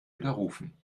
widerrufen